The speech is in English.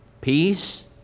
peace